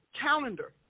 calendar